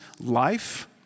life